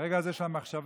ברגע הזה של המחשבה,